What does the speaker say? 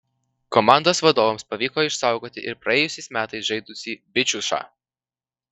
komandos vadovams pavyko išsaugoti ir praėjusiais metais žaidusį bičiušą